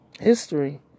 history